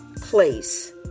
place